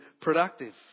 productive